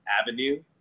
avenue